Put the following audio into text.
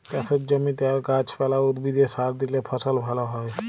চাষের জমিতে আর গাহাচ পালা, উদ্ভিদে সার দিইলে ফসল ভাল হ্যয়